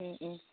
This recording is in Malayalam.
മ്മ് മ്മ്